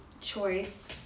choice